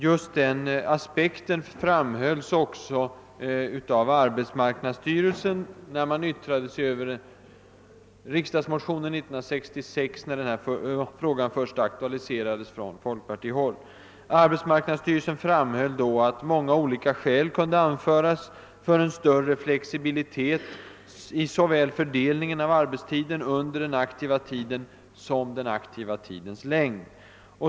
Just den aspekten framhölls också av arbetsmarknadsstyrelsen i dess yttrande över riksdagsmotionen år 1966, när denna fråga först aktualiserades från folkpartihåll. Arbetsmarknadsstyrelsen framhöll då att många skäl kunde anföras för en större flexibilitet i såväl fördelningen av arbetstiden under den aktiva tiden som den aktiva tidens längd.